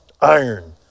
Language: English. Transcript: iron